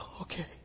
okay